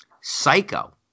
Psycho